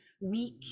weak